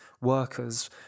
workers